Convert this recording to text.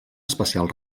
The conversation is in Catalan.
especial